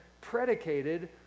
predicated